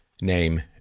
name